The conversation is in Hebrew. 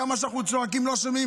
כמה שאנחנו צועקים, לא שומעים.